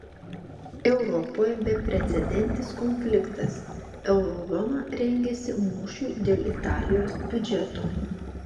europoje beprecedentis konfliktas euro zona rengiasi mūšiui dėl italijos biudžeto